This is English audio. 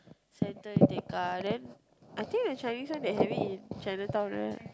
center in Tekka then I think the Chinese one they having in Chinatown right